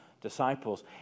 disciples